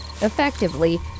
effectively